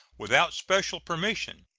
without special permission,